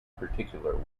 particular